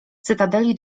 cytadeli